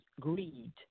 greed